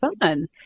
fun